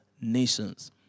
nations